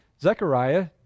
Zechariah